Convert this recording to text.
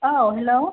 औ हेल'